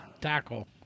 Tackle